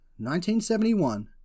1971